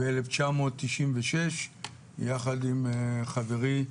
ב-1996 יחד עם חברי,